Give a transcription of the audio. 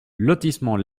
lotissement